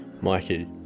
Mikey